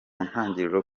ntangiriro